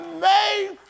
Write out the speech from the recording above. made